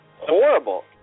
horrible